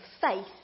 faith